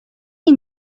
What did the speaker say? این